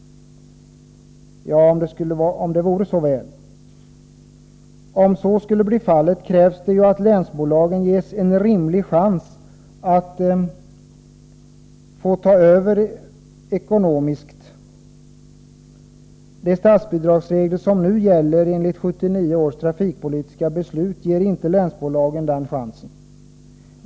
Om det ändock vore så väl! Det krävs i så fall att länsbolagen ges en rimlig chans att få ta över ekonomiskt. De statsbidragsregler som gäller enligt 1979 års trafikpolitiska beslut ger inte länsbolagen den chansen.